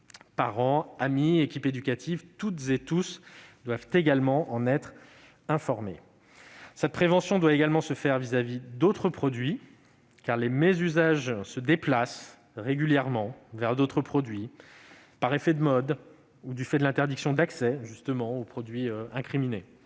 Parents, amis, équipes éducatives : toutes et tous doivent également en être informés. Cette prévention doit aussi se faire à l'égard d'autres produits, car les mésusages se déplacent régulièrement vers d'autres substances, par effet de mode ou du fait de l'interdiction d'une pratique